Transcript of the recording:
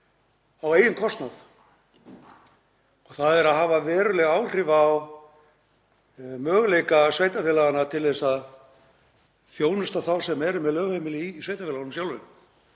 á eigin kostnað. Það hefur veruleg áhrif á möguleika sveitarfélaganna til að þjónusta þá sem eru með lögheimili í sveitarfélögunum sjálfum.